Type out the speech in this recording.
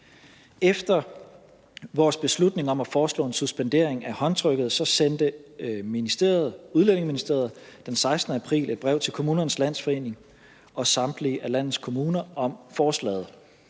Efter vores beslutning om at foreslå en suspendering af håndtrykket, sendte Udlændinge- og Integrationsministeriet den 16. april et brev til Kommunernes Landsforening og samtlige af landets kommuner om forslaget.